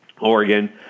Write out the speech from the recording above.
Oregon